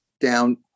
down